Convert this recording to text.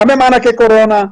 גם במענקי קורונה,